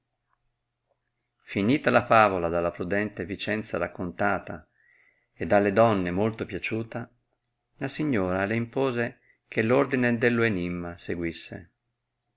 finita la favola dalla prudente vicenza raccontata ed alle donne molto piaciuta la signora le impose che ordine dello enimma seguisse